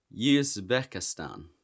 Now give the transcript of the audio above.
Uzbekistan